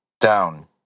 Down